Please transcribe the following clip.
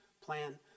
plan